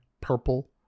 purple